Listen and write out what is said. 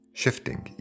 shifting